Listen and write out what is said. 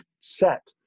set